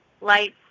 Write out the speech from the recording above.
lights